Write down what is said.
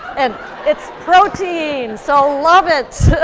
and it's protein, so love it.